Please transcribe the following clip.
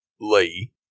lee